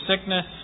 sickness